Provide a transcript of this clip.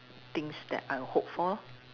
things that I hope for lor